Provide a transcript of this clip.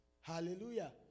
Hallelujah